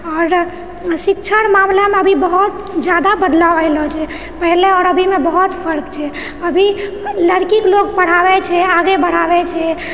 आओर शिक्षाके मामलामे अभी बहुत जादा बदलाव आएल रहल छै पहिले आओर अभीमे बहुत फर्कछै अभी लड़कीके लोक पढ़ाबए छै आगे बढ़ाबए छै